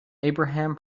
abraham